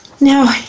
Now